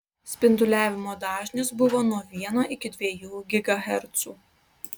spinduliavimo dažnis buvo nuo vieno iki dviejų gigahercų